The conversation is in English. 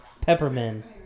peppermint